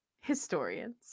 historians